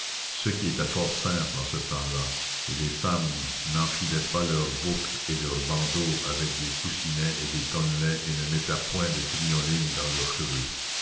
ce qui était fort simple en ce temps-là où les femmes n'enflaient pas leurs boucles et leurs bandeaux avec des coussinets et des tonnelets et ne mettaient point de crinolines dans leurs cheveux